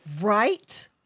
Right